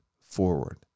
forward